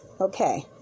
Okay